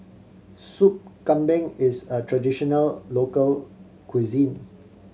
Sop Kambing is a traditional local cuisine